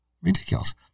Ridiculous